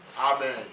Amen